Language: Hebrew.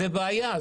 זאת בעיה,